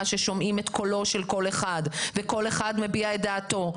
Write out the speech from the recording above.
ששומעים את קולו של כל אחד וכל אחד מביע את דעתו.